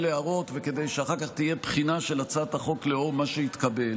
הערות וכדי שאחר כך תהיה בחינה של הצעת החוק לאור מה שהתקבל.